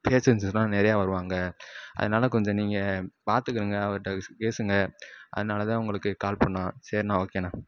பேசஞ்சர்லாம் நிறையா வருவாங்க அதனால கொஞ்சம் நீங்கள் பார்த்துக்கிருங்க அவர்கிட்ட பேசுங்க அதனால தான் உங்களுக்கு கால் பண்ணோம் சேரிணா ஓகேண்ணா